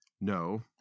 No